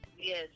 Yes